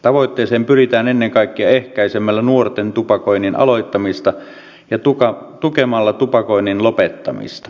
tavoitteeseen pyritään ennen kaikkea ehkäisemällä nuorten tupakoinnin aloittamista ja tukemalla tupakoinnin lopettamista